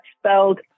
spelled